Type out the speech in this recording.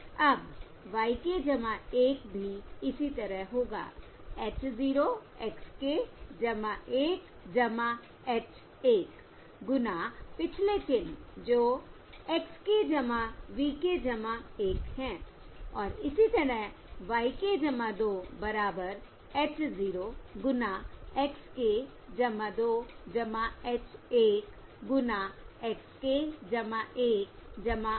अब y k 1 भी इसी तरह होगा h 0 x k 1 h 1 गुना पिछले चिह्न जो x k v k 1 है और इसी तरह y k 2 बराबर h 0 गुना x k 2 h 1 गुना x k 1 v k 2 है